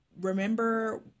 remember